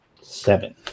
Seven